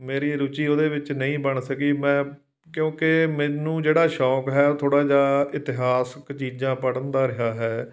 ਮੇਰੀ ਰੁਚੀ ਉਹਦੇ ਵਿੱਚ ਨਹੀਂ ਬਣ ਸਕੀ ਮੈਂ ਕਿਉਂਕਿ ਮੈਨੂੰ ਜਿਹੜਾ ਸ਼ੌਂਕ ਹੈ ਥੋੜ੍ਹਾ ਜਿਹਾ ਇਤਿਹਾਸਕ ਚੀਜ਼ਾਂ ਪੜ੍ਹਨ ਦਾ ਰਿਹਾ ਹੈ